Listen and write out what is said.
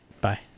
Bye